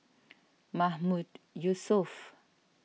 Mahmood Yusof